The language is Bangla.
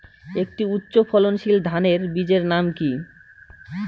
একটি উচ্চ ফলনশীল ধানের বীজের নাম কী?